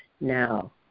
now